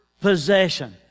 possession